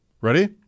Ready